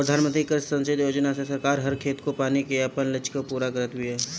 प्रधानमंत्री कृषि संचित योजना से सरकार हर खेत को पानी के आपन लक्ष्य के पूरा करत बिया